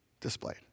displayed